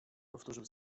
powtórzył